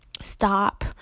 stop